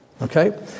Okay